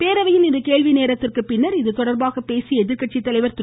பேரவையில் இன்று கேள்வி நேரத்திற்கு பின்னர் இதுதொடர்பாக பேசிய எதிர்க்கட்சி தலைவர் திரு